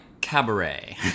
Cabaret